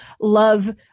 love